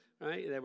right